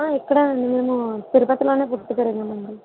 ఇక్కడ మేము తిరుపతిలోనే పుట్టి పెరిగామండి